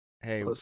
Hey